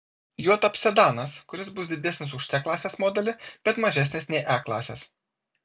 juo taps sedanas kuris bus didesnis už c klasės modelį bet mažesnis nei e klasės